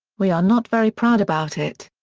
we are not very proud about it.